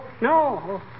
no